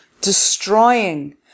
destroying